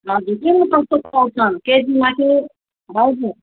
हजुर के कस्तो पाउँछ केजीमा कि हजुर